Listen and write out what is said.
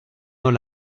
holl